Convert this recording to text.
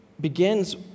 begins